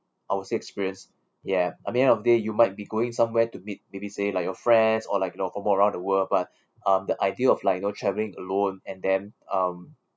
I would say experience ya I mean end of day you might be going somewhere to meet maybe say like your friends or like you know from all around the world but um the idea of like you know travelling alone and then um